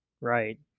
Right